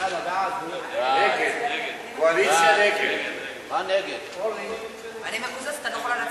להעביר את הנושא לוועדה שתקבע ועדת הכנסת נתקבלה.